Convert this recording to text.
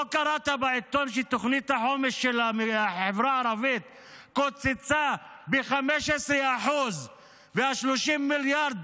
לא קראת בעיתון שתוכנית החומש לחברה הערבית קוצצה ב-15% וה-30 מיליארד,